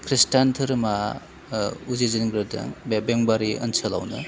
खृष्टान दोहोरोमा उजिजेनग्रोदों बे बेंबारि ओनसोलावनो